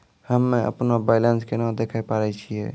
हम्मे अपनो बैलेंस केना देखे पारे छियै?